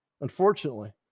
unfortunately